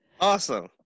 awesome